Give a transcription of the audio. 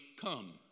come